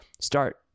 Start